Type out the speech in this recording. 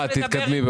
אלה המסמכים שהיו